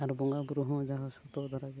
ᱟᱨ ᱵᱚᱸᱜᱟ ᱵᱳᱨᱳ ᱦᱚᱸ ᱡᱟᱦᱟᱸ ᱥᱚᱛᱚ ᱫᱷᱟᱨᱟ ᱜᱮᱭᱟ